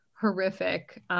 horrific